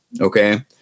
okay